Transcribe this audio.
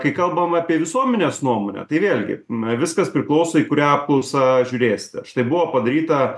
kai kalbam apie visuomenės nuomonę tai vėlgi viskas priklauso į kurią apklausą žiūrėsite štai buvo padaryta